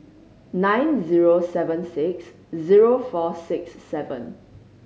nine zero seven six zero four six seven